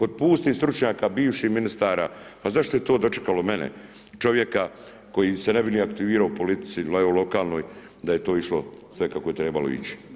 Od pustih stručnjaka bivših ministara pa zašto je to dočekalo mene, čovjeka koji se ne bi ni aktivirao u politici bar u lokalnoj da je to išlo sve kako je trebalo ići.